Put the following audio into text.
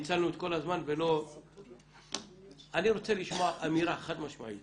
אני רוצה לשמוע אמירה חד משמעית